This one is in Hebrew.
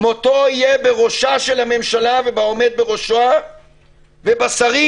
מותו יהיה בראשה של הממשלה, בעומד בראשה ובשרים.